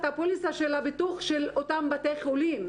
הפוליסה של הביטוח של אותם בתי חולים,